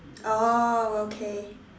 oh okay